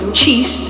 cheese